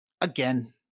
again